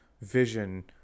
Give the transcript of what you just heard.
vision